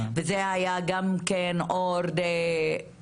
וזה היה גם כן אור אדם.